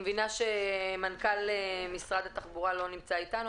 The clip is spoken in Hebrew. אבל המשמעות של התקנות שהן תוכלנה לתת מענה.